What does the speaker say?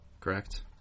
Correct